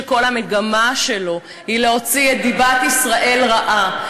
שכל המגמה שלו היא להוציא את דיבת ישראל רעה,